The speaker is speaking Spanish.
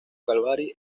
calvary